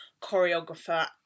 choreographer